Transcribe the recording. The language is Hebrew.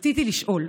רציתי לשאול: